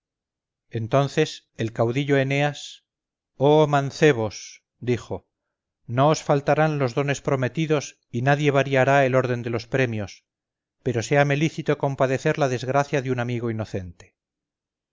entonces el caudillo eneas oh mancebos dijo no os faltarán los dones prometidos y nadie variará el orden de los premios pero séame lícito compadecer la desgracia de un amigo inocente